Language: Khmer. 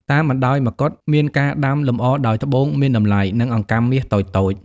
តាមបណ្តោយមកុដ មានការដាំលម្អដោយត្បូងមានតម្លៃ និងអង្កាំមាសតូចៗ។